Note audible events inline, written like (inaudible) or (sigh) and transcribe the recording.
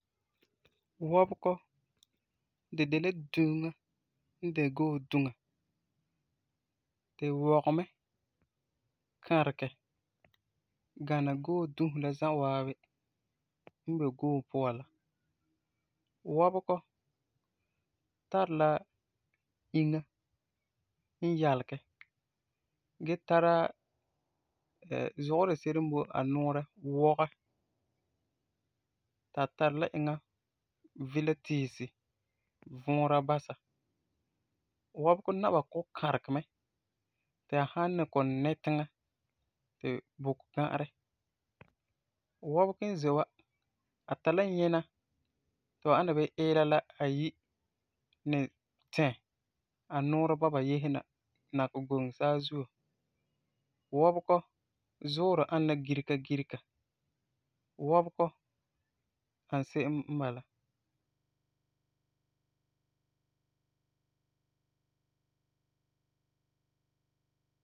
(noise) Wɔbegɔ, di de la duŋa n de too duŋa. Di wɔgɛ mɛ, kãregɛ gana too dusk la za'a waabi n boi too puan la. Wɔbegɔ tari la inya n yalegɛ gee tara (hesitation) zugɔ dise'ere n boi a nuurɛ wɔgɛ, ti a tari la eŋa Vila tiisi vuura basa. Wɔbegɔ naba kɔ'ɔm kãregɛ mɛ ti a san ni kɔ'ɔm nɛ tiŋa ti bu ga'arɛ. Wɔbegɔ n ze wa a tari la nyina ti ba ana bii iila la ayi, ni tɛ a nuurɛ bɔba yese na, nakɛ goŋe saazuo. Wɔbegɔ zuurɛ ani la girega girega. Wɔbegɔ n ani se'em n bala.